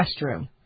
restroom